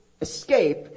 escape